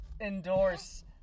endorse